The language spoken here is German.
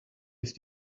ist